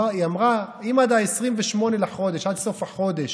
היא אמרה: אם עד 28 בחודש, עד סוף החודש,